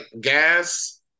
Gas